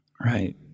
Right